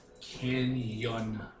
Canyon